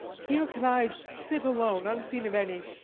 here can i sit alone, unseen of any,